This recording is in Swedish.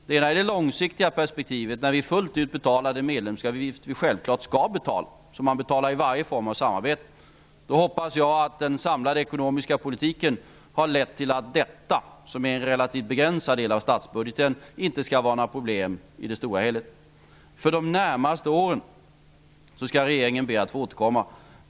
Det ena är det långsiktiga perspektivet, där vi fullt ut betalar den medlemsavgift som vi självfallet skall betala, vilket man gör vid varje form av samarbete. Då hoppas jag att den samlade ekonomiska politiken har lett till att detta som är en relativt begränsad del av statsbudgeten inte heller skall vara något problem i det stora hela. När det gäller de närmaste åren skall regeringen be att få återkomma.